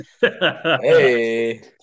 Hey